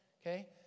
Okay